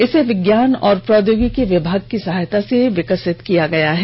इसे विज्ञान और प्रौद्योगिकी विभाग की सहायता से विकसित किया गया है